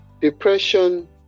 depression